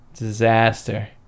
Disaster